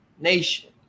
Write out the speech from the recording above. Nation